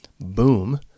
boom